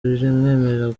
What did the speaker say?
ntirimwemerera